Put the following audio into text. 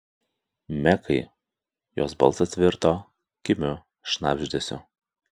mekai jos balsas virto kimiu šnabždesiu